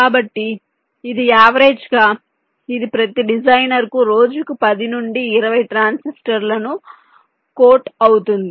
కాబట్టి ఇది యావరేజ్గా ఇది ప్రతి డిజైనర్కు రోజుకు 10 నుండి 20 ట్రాన్సిస్టర్లను కోట్ అవుతుంది